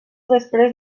després